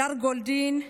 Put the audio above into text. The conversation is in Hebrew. הדר גולדין,